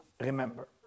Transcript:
remember